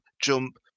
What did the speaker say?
jump